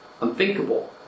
unthinkable